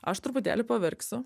aš truputėlį paverksiu